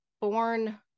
born